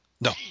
No